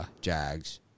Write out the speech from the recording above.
Jags